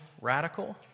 radical